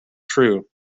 true